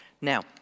Now